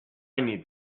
need